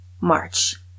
March